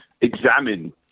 examine